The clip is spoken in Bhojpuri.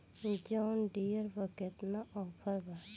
जॉन डियर पर केतना ऑफर बा?